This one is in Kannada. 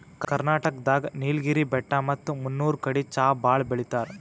ಕರ್ನಾಟಕ್ ದಾಗ್ ನೀಲ್ಗಿರಿ ಬೆಟ್ಟ ಮತ್ತ್ ಮುನ್ನೂರ್ ಕಡಿ ಚಾ ಭಾಳ್ ಬೆಳಿತಾರ್